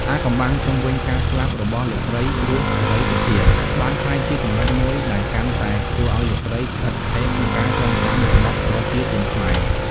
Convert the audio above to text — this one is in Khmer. អាថ៌កំបាំងជុំវិញការស្លាប់របស់លោកស្រី រស់ សេរីសុទ្ធា បានក្លាយជាចំណុចមួយដែលកាន់តែធ្វើឲ្យលោកស្រីស្ថិតស្ថេរក្នុងការចងចាំរបស់ប្រជាជនខ្មែរ។